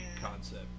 concept